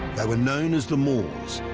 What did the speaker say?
they were known as the moors